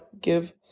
give